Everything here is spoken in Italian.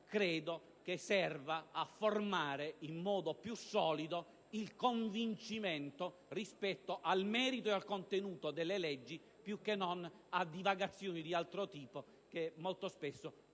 dibattito serva a formare in modo più solido il convincimento rispetto al merito e al contenuto delle leggi, piuttosto che a divagazioni di altro tipo che molto spesso portano